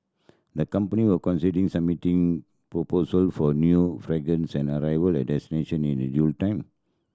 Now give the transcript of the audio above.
the company will conceding submitting proposal for new fragrance and arrival at in due time